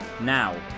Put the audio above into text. Now